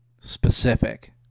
specific